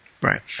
Right